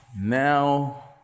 now